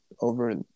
Over